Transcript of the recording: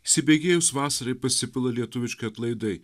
įsibėgėjus vasarai pasipila lietuviški atlaidai